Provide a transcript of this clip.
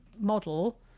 model